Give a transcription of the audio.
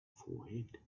forehead